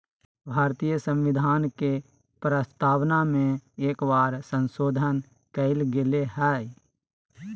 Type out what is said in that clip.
भारतीय संविधान के प्रस्तावना में एक बार संशोधन कइल गेले हइ